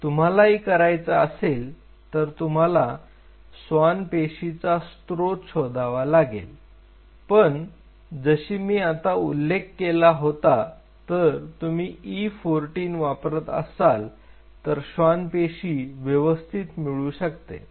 तुम्हालाही करायचं असेल तर तुम्हाला स्वान पेशीचा स्त्रोत शोधावा लागेल पण जशी मी आता उल्लेख केला होता जर तुम्ही E14 वापरत असाल तर श्वान पेशी व्यवस्थित मिळू शकते